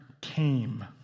came